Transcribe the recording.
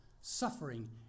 suffering